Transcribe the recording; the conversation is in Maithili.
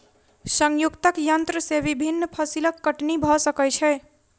संयुक्तक यन्त्र से विभिन्न फसिलक कटनी भ सकै छै